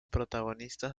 protagonistas